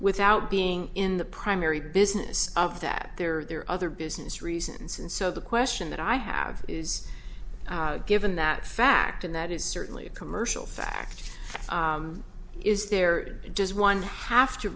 without being in the primary business of that there are there are other business reasons and so the question that i have is given that fact and that is certainly a commercial fact is there does one have to